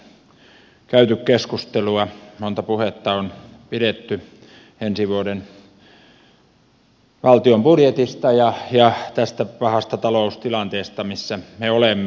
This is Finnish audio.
täällä on jo pitkään käyty keskustelua monta puhetta on pidetty ensi vuoden valtion budjetista ja tästä pahasta taloustilanteesta missä me olemme